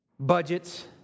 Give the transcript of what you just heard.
Budgets